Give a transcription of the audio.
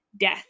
death